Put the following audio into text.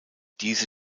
diese